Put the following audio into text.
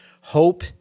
hope